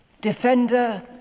Defender